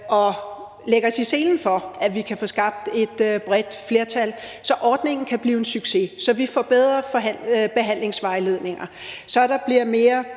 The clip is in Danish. at lægge os i selen for, at vi kan få skabt et bredt flertal, så ordningen kan blive en succes, så vi får bedre behandlingsvejledninger, så der bliver mere